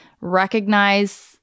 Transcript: recognize